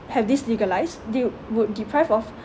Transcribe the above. have this legalised they would deprive of